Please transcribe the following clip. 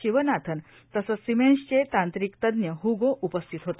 शिवनाथन तसंचए सिमेन्सचे तांत्रिक तज्ञ हगो उपस्थित होते